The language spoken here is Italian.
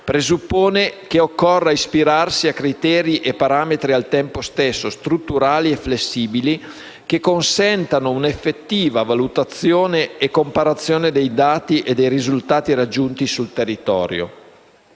presuppone che occorra ispirarsi a criteri e parametri al tempo stesso strutturali e flessibili, che consentano un'effettiva valutazione e comparazione dei dati e dei risultati raggiunti sul territorio.